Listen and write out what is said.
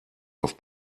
auf